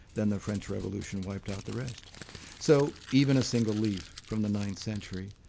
then the french revolution wiped out the rest so even a single leaf from the ninth century